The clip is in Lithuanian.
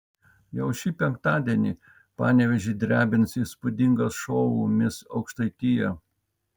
jau šį penktadienį panevėžį drebins įspūdingas šou mis aukštaitija